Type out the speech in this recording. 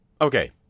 Okay